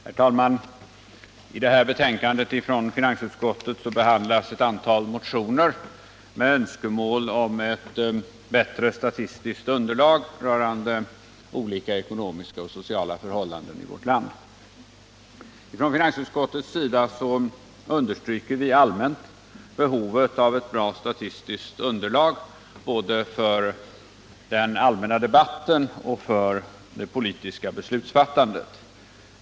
Herr talman! I det här betänkandet från finansutskottet behandlas ett antal motioner med önskemål om ett bättre statistiskt underlag rörande olika ekonomiska och sociala förhållanden i vårt land. Finansutskottet understryker allmänt behovet av ett bättre statistiskt underlag både för den allmänna debatten och för det politiska beslutsfattandet.